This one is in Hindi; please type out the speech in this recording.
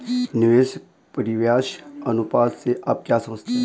निवेश परिव्यास अनुपात से आप क्या समझते हैं?